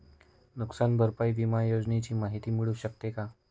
नुकसान भरपाई विमा योजनेची माहिती मिळू शकते का?